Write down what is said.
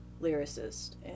lyricist